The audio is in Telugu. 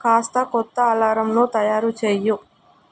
కాస్త కొత్త అలారంను తయారు చెయ్యు